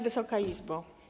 Wysoka Izbo!